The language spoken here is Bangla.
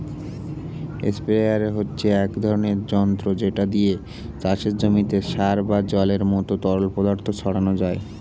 স্প্রেয়ার হচ্ছে এক ধরনের যন্ত্র যেটা দিয়ে চাষের জমিতে সার বা জলের মতো তরল পদার্থ ছড়ানো যায়